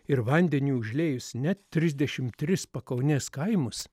ir vandeniui užliejus net trisdešimt tris pakaunės kaimus